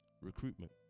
recruitment